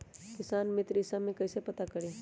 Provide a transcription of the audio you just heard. किसान मित्र ई सब मे कईसे पता करी?